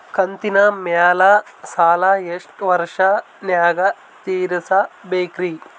ಕಂತಿನ ಮ್ಯಾಲ ಸಾಲಾ ಎಷ್ಟ ವರ್ಷ ನ್ಯಾಗ ತೀರಸ ಬೇಕ್ರಿ?